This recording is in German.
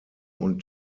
und